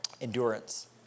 endurance